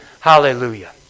Hallelujah